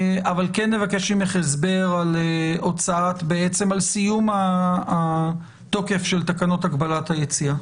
אבל כן נבקש ממך הסבר בעצם על סיום התוקף של תקנות הגבלת היציאה.